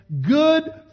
good